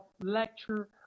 lecture